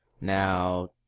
now